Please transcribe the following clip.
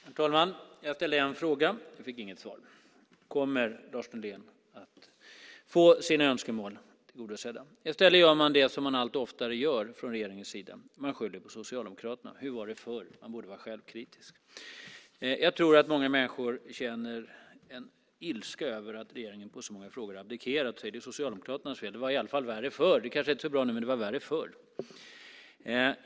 Herr talman! Jag ställde en fråga. Jag fick inget svar. Kommer Lars Nylén att få sina önskemål tillgodosedda? I stället gör man det som man allt oftare gör från regeringens sida - man skyller på Socialdemokraterna. Hur var det förr? Man borde vara självkritisk. Jag tror att många människor känner en ilska över att regeringen har abdikerat i så många frågor och säger att det är Socialdemokraternas fel. Det var i alla fall värre förr, säger man. Det kanske inte är så bra nu, men det var värre förr.